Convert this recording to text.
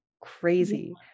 Crazy